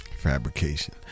Fabrication